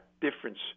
difference